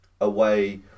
away